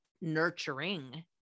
nurturing